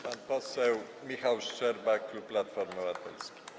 Pan poseł Michał Szczerba, klub Platforma Obywatelska.